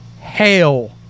hell